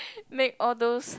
make all those